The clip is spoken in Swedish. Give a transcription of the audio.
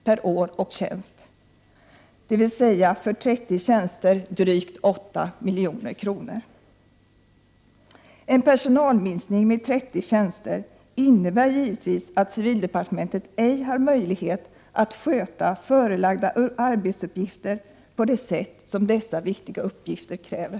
per år och tjänst, dvs. för 30 tjänster drygt 8 milj.kr. En personalminskning med 30 tjänster innebär givetvis att civildepartementet ej har möjlighet att sköta förelagda arbetsuppgifter på det sätt som dessa viktiga uppgifter kräver.